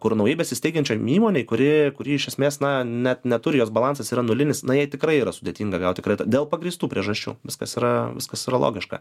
kur naujai besisteigiančioj įmonėj kuri kuri iš esmės na net neturi jos balansas yra nulinis na jai tikrai yra sudėtinga gauti kreditą dėl pagrįstų priežasčių viskas yra viskas yra logiška